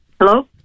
Hello